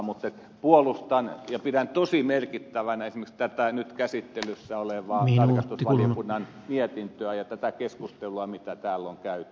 mutta puolustan ja pidän tosi merkittävänä esimerkiksi tätä nyt käsittelyssä olevaa tarkastusvaliokunnan mietintöä ja tätä keskustelua mitä täällä on käyty